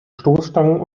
stoßstangen